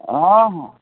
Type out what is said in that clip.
ହଁ ହଁ